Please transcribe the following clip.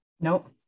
Nope